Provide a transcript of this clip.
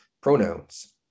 pronouns